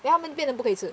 then 他们变得不可以吃